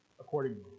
accordingly